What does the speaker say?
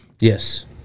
Yes